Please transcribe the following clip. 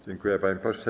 Dziękuję, panie pośle.